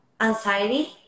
anxiety